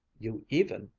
you even,